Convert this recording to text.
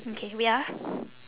okay wait ah